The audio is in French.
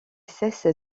cesse